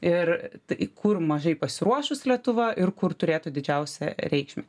ir tai kur mažai pasiruošus lietuva ir kur turėtų didžiausią reikšmę